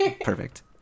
Perfect